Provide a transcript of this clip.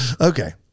Okay